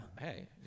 Hey